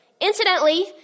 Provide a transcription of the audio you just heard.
Incidentally